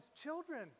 children